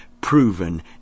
proven